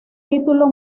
título